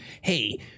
Hey